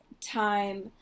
time